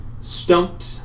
stumped